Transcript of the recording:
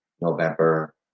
November